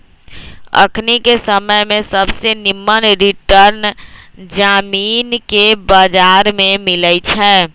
अखनिके समय में सबसे निम्मन रिटर्न जामिनके बजार में मिलइ छै